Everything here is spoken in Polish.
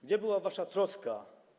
Gdzie była wasza troska.